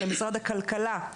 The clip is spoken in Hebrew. למשרד הכלכלה,